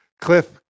Cliff